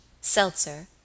Seltzer